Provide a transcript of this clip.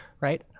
Right